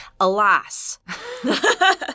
alas